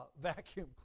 vacuum